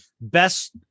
best